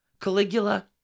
Caligula